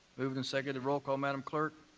moved and seconded. roll call, madam clerk?